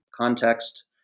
context